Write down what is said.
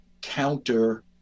counter